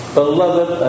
beloved